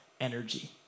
energy